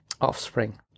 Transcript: offspring